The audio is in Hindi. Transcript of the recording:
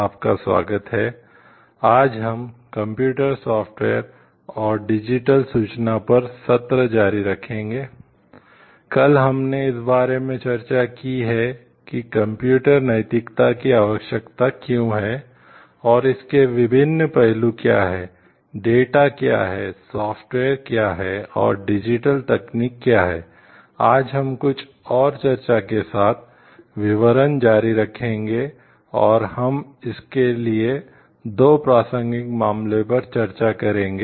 आपका स्वागत है आज हम कंप्यूटर सॉफ्टवेयर तकनीक क्या है आज हम कुछ और चर्चा के साथ विवरण जारी रखेंगे और हम इसके लिए दो प्रासंगिक मामलों पर चर्चा करेंगे